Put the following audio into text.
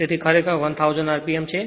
તેથી ખરેખર 1000 rpm છે